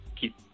keep